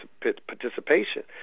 participation